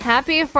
Happy